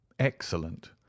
excellent